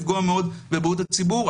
לפגוע מאוד בבריאות הציבור.